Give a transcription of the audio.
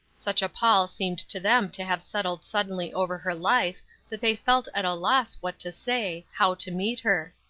such a pall seemed to them to have settled suddenly over her life that they felt at a loss what to say, how to meet her.